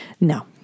No